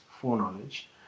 foreknowledge